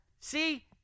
See